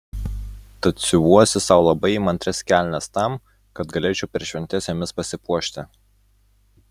tad siuvuosi sau labai įmantrias kelnes tam kad galėčiau per šventes jomis pasipuošti